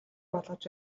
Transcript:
болгож